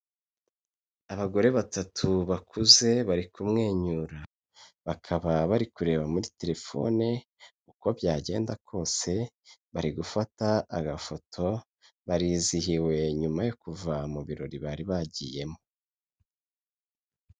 Abagore batatu bakuze, bari kumwenyura, bakaba bari kureba muri terefone, uko byagenda kose bari gufata agafoto, barizihiwe nyuma yo kuva mu birori bari bagiyemo.